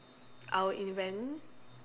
I would invent